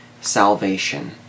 salvation